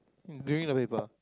during the paper